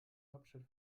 hauptstadt